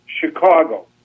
Chicago